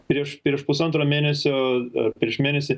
prieš prieš pusantro mėnesio prieš mėnesį